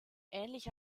ähnlich